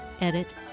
Edit